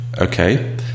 Okay